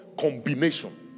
combination